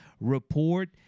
Report